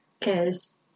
cause